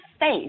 face